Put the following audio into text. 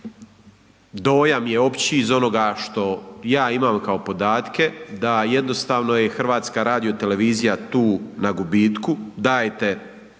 dojam je opći iz onoga što ja imam kao podatke da jednostavno je HRT tu na gubitku.